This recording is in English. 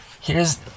Here's-